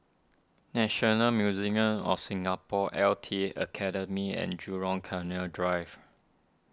National Museum of Singapore L T Academy and Jurong Canal Drive